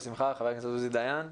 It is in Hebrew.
בשמחה, חבר הכנסת עוזי דיין,